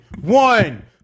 One